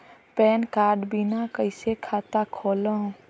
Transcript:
Pan card बिना कइसे खाता खोलव?